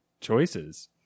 choices